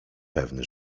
pewny